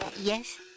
yes